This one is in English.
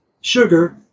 sugar